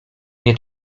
nie